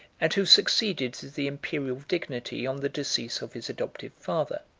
and who succeeded to the imperial dignity on the decease of his adoptive father.